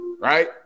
right